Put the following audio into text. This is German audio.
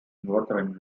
nordrhein